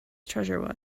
treasure